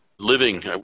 Living